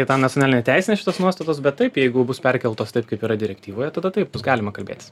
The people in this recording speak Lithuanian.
į tą nacionalinę teisę šitos nuostatos bet taip jeigu bus perkeltos taip kaip yra direktyvoje tada taip bus galima kalbėtis